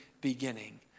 beginning